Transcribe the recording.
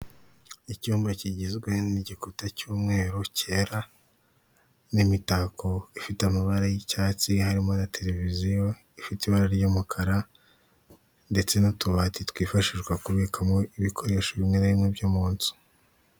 Icyumba kigizwe n'igikuta cy'umweru cyera, n'imitako ifite amabara y'icyatsi harimo na televiziyo ifite ibara ry'umukara ndetse n'utubati twifashishwa kubikamo ibikoresho bimwe na bimwe byo mu nzu.